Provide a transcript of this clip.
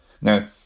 now